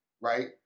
right